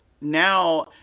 now